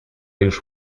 już